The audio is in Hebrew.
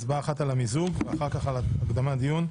הצבעה אחת על המיזוג ואחר כך על הקדמת דיון.